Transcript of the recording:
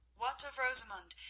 what of rosamund?